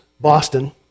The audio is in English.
Boston